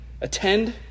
attend